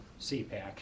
CPAC